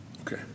okay